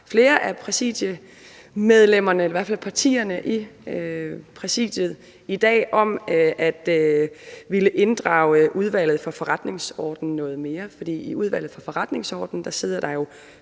flere af præsidiemedlemmerne – i hvert fald partierne i Præsidiet – om at ville inddrage Udvalget for Forretningsordenen noget mere. For i Udvalget for Forretningsordenen sidder der jo